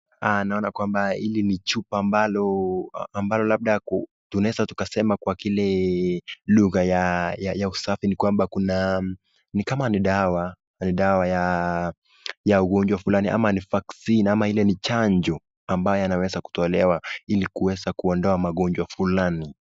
Naona kwamba hili ni chupa ambalo labda tunaweza kusema Kwa kile lugha ya usafi kwamba ni kama ni dawa ya ugonjwa fulani ama ni vaccine ama ni chanjo ambayo inaweza kutolewa hili yaweze kuondoa magonjwa fulani